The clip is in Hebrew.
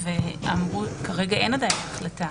כרגע אין עדיין החלטה.